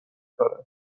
دارد